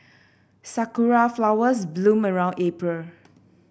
sakura flowers bloom around April